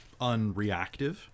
unreactive